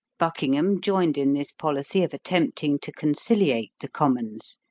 buckingham joined in this policy of attempting to conciliate the commons.